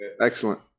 excellent